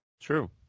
True